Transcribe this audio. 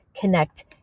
connect